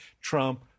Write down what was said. Trump